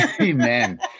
Amen